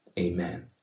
amen